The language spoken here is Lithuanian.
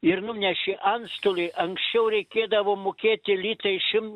ir nuneši antstoliui anksčiau reikėdavo mokėti litais šim